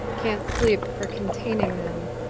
can't sleep for containing them.